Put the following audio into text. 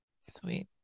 Sweet